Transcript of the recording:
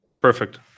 Perfect